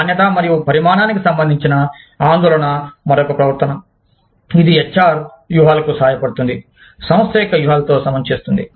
నాణ్యత మరియు పరిమాణానికి సంబంధించిన ఆందోళన మరొక ప్రవర్తన ఇది HR వ్యూహాలకు సహాయపడుతుంది సంస్థ యొక్క వ్యూహాలతో సమం చేస్తుంది